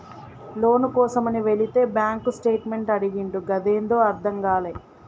లోను కోసమని వెళితే bank statement అడిగిండు గదేందో అర్థం గాలే